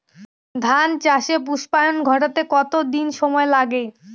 ধান চাষে পুস্পায়ন ঘটতে কতো দিন সময় লাগে?